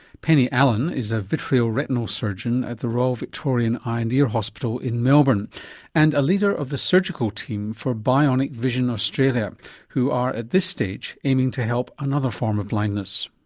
penny allen is a vitreoretinal surgeon at the royal victorian eye and ear hospital in melbourne and a leader of the surgical team for bionic vision australia who are at this stage aiming to help another form of blindness.